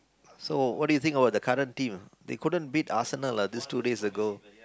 so what do you think about the current team they couldn't beat Arsenal ah these two days ago